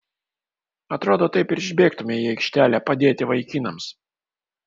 atrodo taip ir išbėgtumei į aikštelę padėti vaikinams